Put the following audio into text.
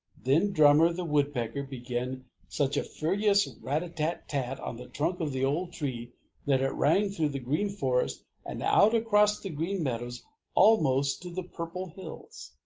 then drummer the woodpecker began such a furious rat-a-tat-tat-tat on the trunk of the old tree that it rang through the green forest and out across the green meadows almost to the purple hills.